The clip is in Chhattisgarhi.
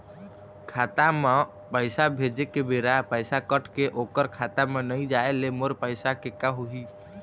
खाता म पैसा भेजे के बेरा पैसा कट के ओकर खाता म नई जाय ले मोर पैसा के का होही?